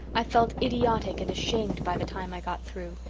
i felt idiotic and ashamed by the time i got through.